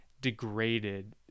degraded